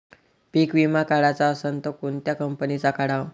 पीक विमा काढाचा असन त कोनत्या कंपनीचा काढाव?